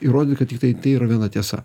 įrodyt kad tiktai tai yra viena tiesa